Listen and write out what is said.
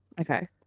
Okay